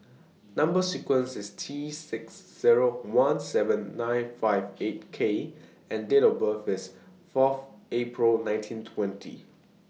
Number sequence IS T six Zero one seven nine five eight K and Date of birth IS Fourth April nineteen twenty